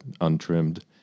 untrimmed